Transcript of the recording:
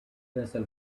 vessel